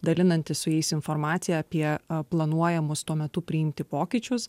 dalinantis su jais informacija apie planuojamus tuo metu priimti pokyčius